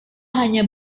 hanya